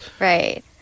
Right